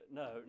no